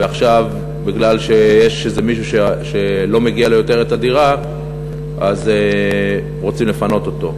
ועכשיו בגלל שיש מישהו שלא מגיעה לו יותר הדירה אז רוצים לפנות אותו.